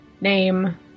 name